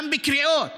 גם בקריאות,